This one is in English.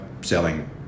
selling